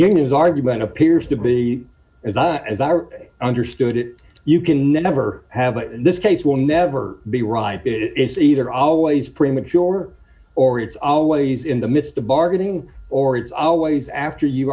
unions argument appears to be as i as i understood it you can never have this case will never be right it's either always premature or it's always in the midst of bargaining or it's always after you've